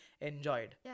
enjoyed